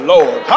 Lord